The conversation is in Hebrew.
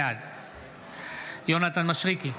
בעד יונתן מישרקי,